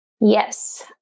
Yes